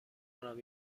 کنم